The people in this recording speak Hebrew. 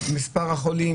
מספר החולים,